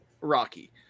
Rocky